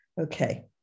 Okay